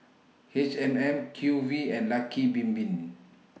H M M Q V and Lucky Bin Bin